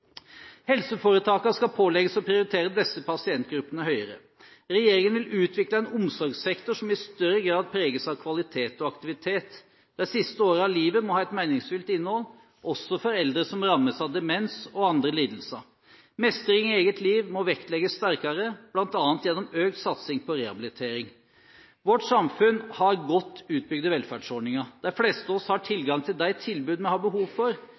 Helseforetakene skal pålegges å prioritere disse pasientgruppene høyere. Regjeringen vil utvikle en omsorgssektor som i større grad preges av kvalitet og aktivitet. De siste årene av livet må ha et meningsfylt innhold, også for eldre som rammes av demens og andre lidelser. Mestring i eget liv må vektlegges sterkere, bl.a. gjennom økt satsing på rehabilitering. Vårt samfunn har godt utbygde velferdsordninger. De fleste av oss har tilgang til de tilbud vi har behov for,